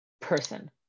person